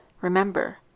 Remember